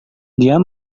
dia